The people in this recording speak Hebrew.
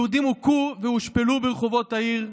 יהודים הוכו והושפלו ברחובות העיר,